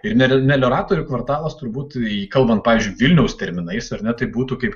ir me melioratorių kvartalas turbūt kalbant pavyzdžiui vilniaus terminais ar ne tai būtų kaip